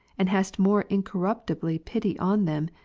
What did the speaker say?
and hast more incoi' ruptibly pity on them,